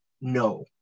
no